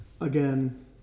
Again